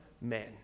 men